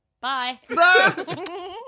Bye